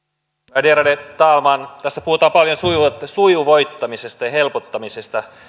värderade talman tässä puhutaan paljon sujuvoittamisesta ja helpottamisesta